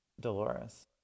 Dolores